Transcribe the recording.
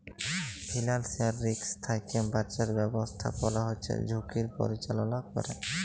financial risk থ্যাইকে বাঁচার ব্যবস্থাপলা হছে ঝুঁকির পরিচাললা ক্যরে